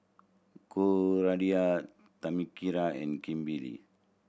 Cordia Tamika and Kimber